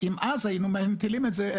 אם אז היינו מטילים את זה,